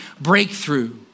breakthrough